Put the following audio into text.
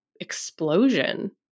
explosion